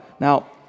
Now